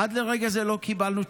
עד לרגע זה לא קיבלנו תשובה.